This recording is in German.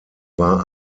war